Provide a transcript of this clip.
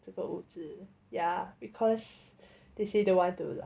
这个屋子 yeah because they say don't want to lah